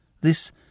this